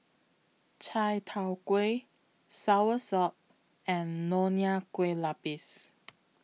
Chai Tow Kway Soursop and Nonya Kueh Lapis